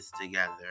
together